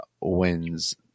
wins